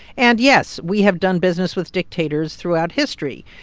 and yes. we have done business with dictators throughout history?